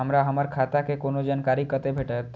हमरा हमर खाता के कोनो जानकारी कते भेटतै